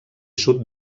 sud